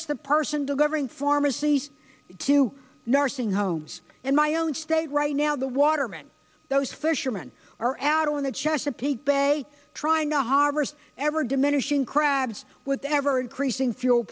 it's the person to govern pharmacies to nursing homes and my own state right now the waterman those fisherman are out on the chesapeake bay trying to harvest ever diminishing crabs with ever increasing fuel